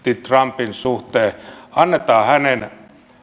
trumpin suhteen annetaan hänen